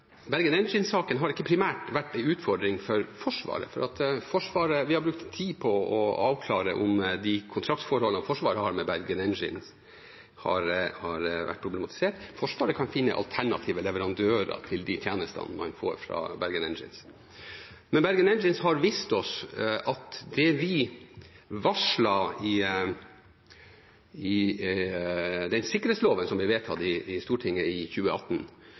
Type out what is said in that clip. Bergen Engines-saken har ikke primært vært en utfordring for Forsvaret, for vi har brukt tid på å avklare om de kontraktsforholdene Forsvaret har med Bergen Engines, har vært problematisert. Forsvaret kan finne alternative leverandører til de tjenestene man får fra Bergen Engines. Men Bergen Engines-saken har vist oss at det vi varslet i den sikkerhetsloven som ble vedtatt i Stortinget i 2018,